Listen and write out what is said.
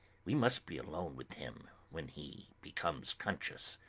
we must be alone with him when he becomes conscious,